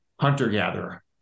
hunter-gatherer